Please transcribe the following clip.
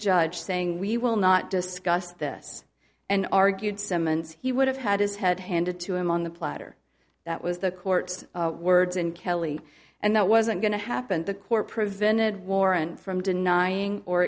judge saying we will not discuss this and argued summons he would have had his head handed to him on the platter that was the court's words and kelly and that wasn't going to happen the court prevented warrant from denying or